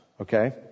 okay